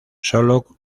solo